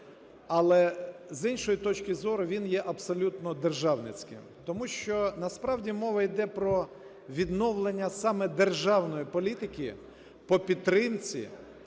Але, з іншої точки зору, він є абсолютно державницьким. Тому що насправді мова йде про відновлення саме державної політики по підтримці,